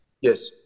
Yes